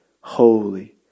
holy